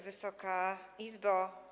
Wysoka Izbo!